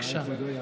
זה לא משנה.